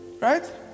Right